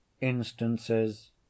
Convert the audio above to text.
Instances